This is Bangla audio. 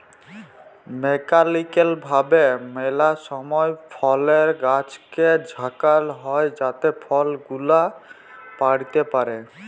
মেকালিক্যাল ভাবে ম্যালা সময় ফলের গাছকে ঝাঁকাল হই যাতে ফল গুলা পইড়তে পারে